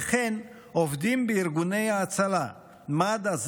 וכן עובדים בארגוני ההצלה מד"א,